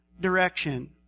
direction